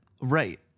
Right